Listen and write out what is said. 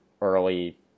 early